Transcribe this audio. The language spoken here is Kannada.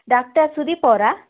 ಡಾಕ್ಟರ್ ಸುದೀಪ್ ಅವರಾ